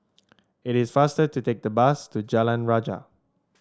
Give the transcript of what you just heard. it is faster to take the bus to Jalan Rajah